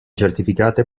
certificate